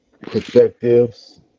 perspectives